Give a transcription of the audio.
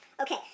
Okay